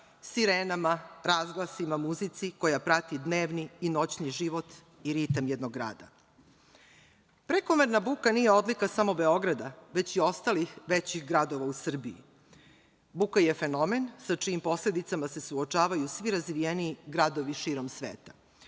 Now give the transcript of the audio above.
sirenama, razglasima, muzici koja prati dnevni i noćni život i ritam jednog grada. Prekomerna buka nije odlika samo Beograda, već i ostalih većih gradova u Srbiji. Buka je fenomen sa čijim posledicama se suočavaju svi razvijeniji gradovi širom sveta.